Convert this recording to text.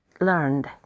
learned